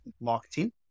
marketing